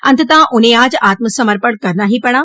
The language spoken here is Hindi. अंततः उन्हें आज आत्मसमर्पण करना ही पड़ा